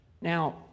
Now